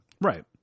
Right